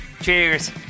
Cheers